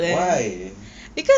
why